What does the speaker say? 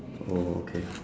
oh okay